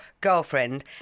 girlfriend